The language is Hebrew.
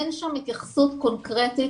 אין שם התייחסות קונקרטית